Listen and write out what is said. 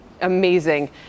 Amazing